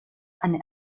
eine